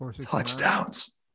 touchdowns